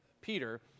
Peter